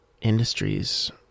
industries